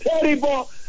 terrible